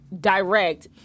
direct